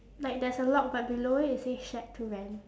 like there's a lock but below it it say shack to rent